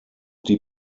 die